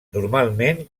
normalment